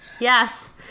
yes